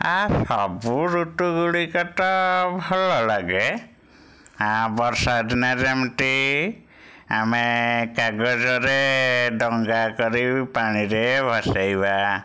ଆ ସବୁ ଋତୁ ଗୁଡ଼ିକ ତ ଭଲ ଲାଗେ ଆ ବର୍ଷାଦିନେ ଯେମିତି ଆମେ କାଗଜରେ ଡଙ୍ଗା କରିବୁ ପାଣିରେ ଭସେଇବା